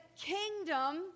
kingdom